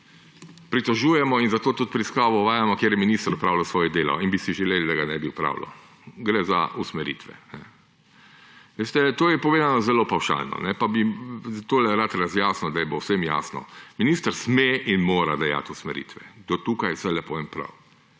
pritožujemo in zato tudi preiskavo uvajamo, ker je minister opravljal svoje delo, in bi si želeli, da ga ne bi opravljal. Gre za usmeritve. To je povedano zelo pavšalno, pa bi tukaj rad razjasnil, da bo vsem jasno. Minister sme in mora dejati usmeritve. Do tukaj vse lepo in prav.